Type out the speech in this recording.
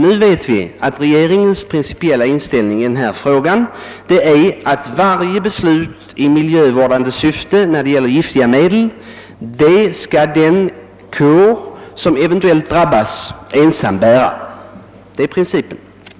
Nu vet vi att regeringens principiella inställning i denna fråga är att varje beslut i miljövårdande syfte när det gäller giftiga medel skall bäras av den kår som eventuellt drabbas ensam. Det är regeringens princip.